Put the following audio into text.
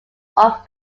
off